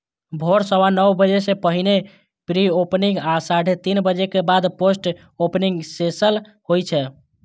भोर सवा नौ बजे सं पहिने प्री ओपनिंग आ साढ़े तीन बजे के बाद पोस्ट ओपनिंग सेशन होइ छै